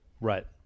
Right